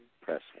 Press